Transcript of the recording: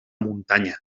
muntanya